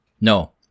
No